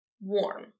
warm